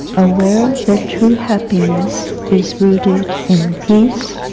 aware that true happiness is rooted in peace,